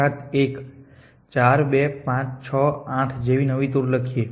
4 2 5 6 8 જેવી નવી ટૂર લખીએ